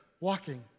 walking